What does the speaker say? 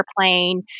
airplane